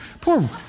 poor